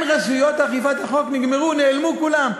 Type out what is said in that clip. אין, רשויות אכיפת החוק נגמרו, נעלמו כולן?